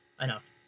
enough